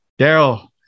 Daryl